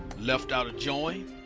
left outer join.